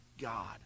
God